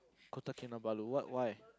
Kota-Kinabalu what why